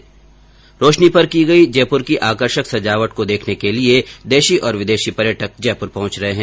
दीपावली पर की गई जयपुर की आकर्षक संजावट को देखने के लिए देशी और विदेशी पर्यटक जयपुर पहुंच रहे है